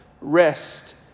rest